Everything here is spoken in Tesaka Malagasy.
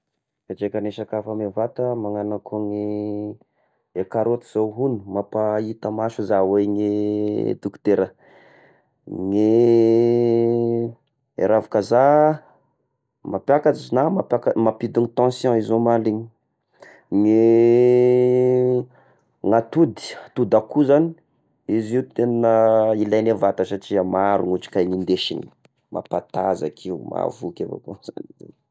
Fiatraikan'ny sakafo amy vata magnano akoa ny karaoty zao hono mampahita maso iza hoy ny dokotera, ny ravi-kazahà mampiakatry na mampika- mampidigny tension izy omaly iny, ny atody atody akoho izany izy io tegna ilagny vata satria maro otrik'aigna indesigny, mampatanzaka io mahavoky avao koa, zay.